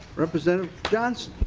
representative johnson